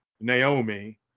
naomi